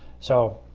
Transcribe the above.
so,